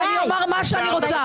אני אומר מה שאני רוצה.